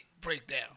breakdown